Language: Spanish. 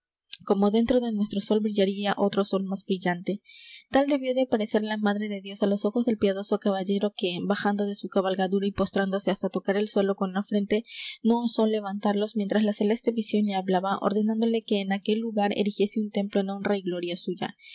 como dentro de nuestro sol brillaría otro sol más brillante tal debió de aparecer la madre de dios á los ojos del piadoso caballero que bajando de su cabalgadura y postrándose hasta tocar el suelo con la frente no osó levantarlos mientras la celeste visión le hablaba ordenándole que en aquel lugar erigiese un templo en honra y gloria suya